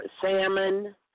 salmon